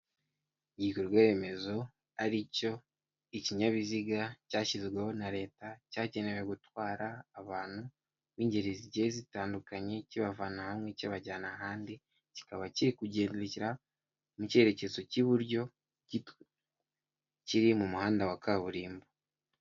Igikorwa remezo ari cyo ikinyabiziga cyashyizweho na leta cyagenewe gutwara abantu b'ingeri zigiye zitandukanye kibavana hamwe kibajyana ahandi kikaba kiri kugendera mu cyerekezo cy'iburyo kiri mu muhanda wa kaburimbo.